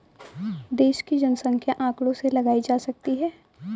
देश की जनसंख्या आंकड़ों से लगाई जा सकती है